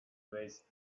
dress